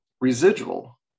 residual